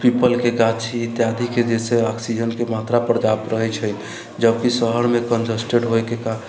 पीपलके गाछी इत्यादिके जैसे ऑक्सिजनके मात्रा पर्याप्त रहैत छै जबकि शहरमे कंजेस्टेड होइके कारण